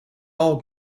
all